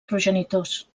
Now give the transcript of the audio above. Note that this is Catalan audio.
progenitors